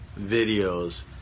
videos